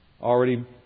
Already